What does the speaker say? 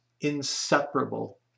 inseparable